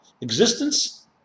Existence